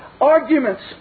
arguments